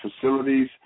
facilities